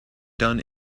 done